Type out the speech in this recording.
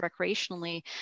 recreationally